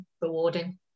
rewarding